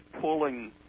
pulling